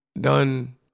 done